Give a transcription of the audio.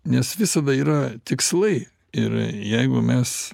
nes visada yra tikslai ir jeigu mes